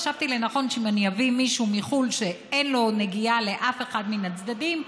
חשבתי לנכון שאם אני אביא מישהו מחו"ל שאין לו נגיעה לאף אחד מן הצדדים,